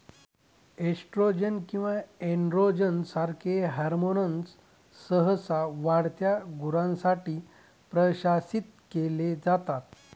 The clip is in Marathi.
एस्ट्रोजन किंवा एनड्रोजन सारखे हॉर्मोन्स सहसा वाढत्या गुरांसाठी प्रशासित केले जातात